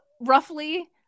Roughly